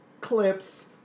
clips